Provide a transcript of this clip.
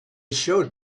showed